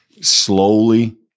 slowly